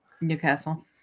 Newcastle